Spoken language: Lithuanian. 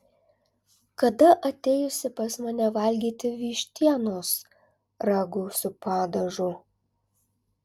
kada ateisi pas mane valgyti vištienos ragu su padažu